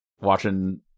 watching